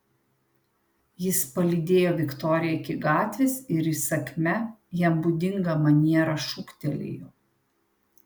jis palydėjo viktoriją iki gatvės ir įsakmia jam būdinga maniera šūktelėjo